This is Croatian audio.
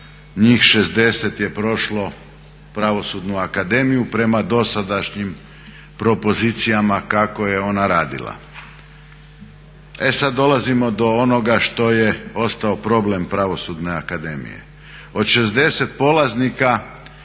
njih 60 je prošlo Pravosudnu akademiju prema dosadašnjim propozicijama kako je ona radila. E sada dolazimo do onoga što je ostao problem Pravosudne akademije. Od 60 polaznika